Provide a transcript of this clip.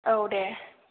औ दे